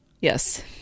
yes